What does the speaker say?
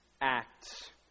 act